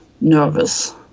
nervous